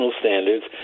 standards